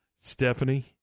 Stephanie